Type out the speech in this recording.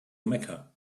mecca